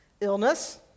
Illness